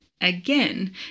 Again